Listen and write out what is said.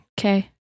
Okay